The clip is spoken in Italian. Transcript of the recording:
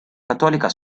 cattolica